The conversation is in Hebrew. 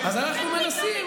אז אנחנו מנסים,